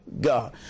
God